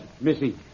Missy